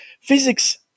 physics